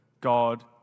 God